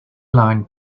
line